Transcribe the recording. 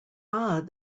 odd